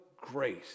grace